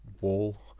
wall